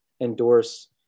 endorse